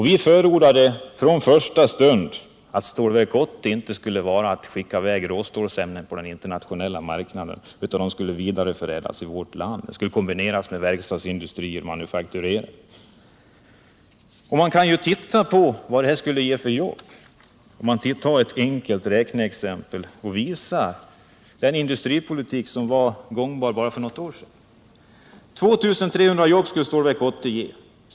Vi förordade från första stund att råstålsämnena inte skulle skickas i väg på den internationella marknaden utan vidareförädlas i vårt land och att detta skulle kombineras med verkstadsindustri och manufakturering. Man kan med ett enkelt räkneexempel visa vad det här skulle ge för jobb, alltså vilken industripolitik som var gångbar för bara något år sedan. 2 300 jobb skulle Stålverk 80 ge.